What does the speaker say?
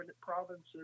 provinces